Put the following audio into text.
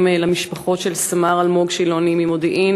למשפחה של סמ"ר אלמוג שילוני ממודיעין